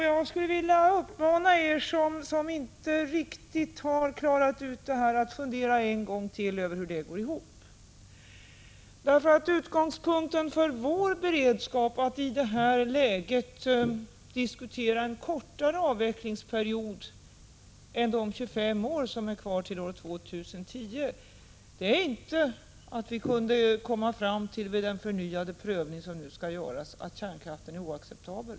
Jag skulle vilja uppmana er som inte riktigt har klarat ut detta att fundera en gång till över hur det hela går ihop. Utgångspunkten för vår beredskap, att idetta läge diskutera en kortare avvecklingsperiod än de 25 år som är kvar till år 2010, är inte att vi vid den förnyade prövning som nu skall göras kan komma fram till att kärnkraften är oacceptabel.